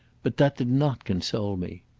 but that did not console me.